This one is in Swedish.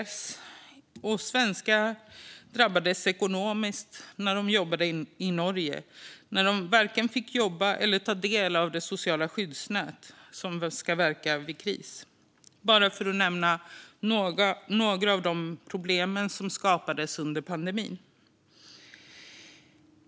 Svenskar som hade jobb i Norge drabbades ekonomiskt när de inte fick vare sig jobba eller ta del av de sociala skyddsnät som ska verka vid kris. Det var bara några av de problem som skapades under pandemin.